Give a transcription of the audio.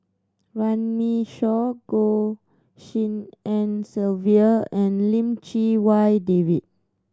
Runme Shaw Goh Tshin En Sylvia and Lim Chee Wai David